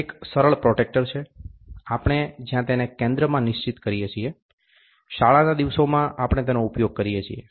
આ એક સરળ પ્રોટ્રેક્ટર છે આપણે જ્યાં તેને કેન્દ્રમાં નિશ્ચિત કરીએ છીએ શાળાના દિવસોમાં આપણે તેનો ઉપયોગ કરીએ છીએ